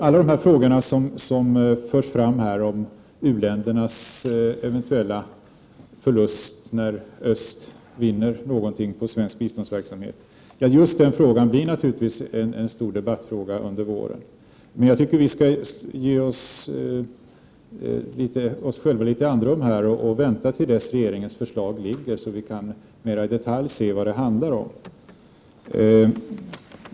Alla de frågor som förs fram här om u-ländernas eventuella förluster när öst vinner någonting på svensk biståndsverksamhet, blir naturligtvis stora debattfrågor under våren. Jag tycker att vi skall ge oss själva litet andrum och vänta till dess regeringens förslag föreligger, så att vi mera i detalj kan se vad det handlar om.